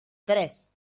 tres